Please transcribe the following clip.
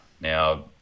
now